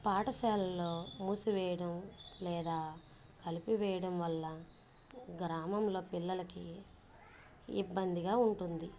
పాఠాశాలలో మూసి వేయడం లేదా కలిపి వేయడం వల్ల గ్రామంలో పిల్లలకి ఇబ్బందిగా ఉంటుంది